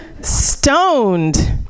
Stoned